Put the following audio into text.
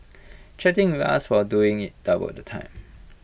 chatting with us while doing IT doubled the time